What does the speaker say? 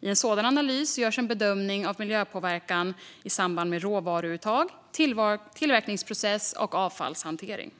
I en sådan analys görs en bedömning av den miljöpåverkan som sker i samband med råvaruuttag, tillverkningsprocess och avfallshantering.